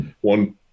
one